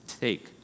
take